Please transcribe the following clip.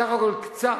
בסך הכול קצת,